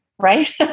right